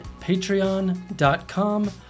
patreon.com